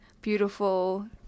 beautiful